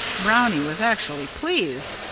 brownie was actually pleased,